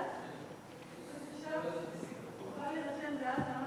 רק שנייה, שאגיע למקום.